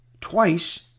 twice